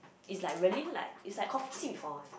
it's like really like it's like confirm see before one